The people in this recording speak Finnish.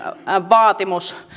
vaatimus